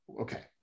Okay